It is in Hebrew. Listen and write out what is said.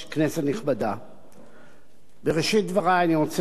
בראשית דברי אני רוצה להודות לחבר הכנסת נסים זאב